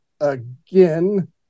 again